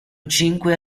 cinque